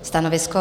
Stanovisko?